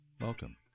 Welcome